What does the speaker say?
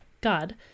God